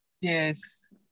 Yes